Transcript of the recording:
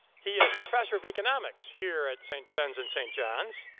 he is professor of economics here at st. benis and st john's.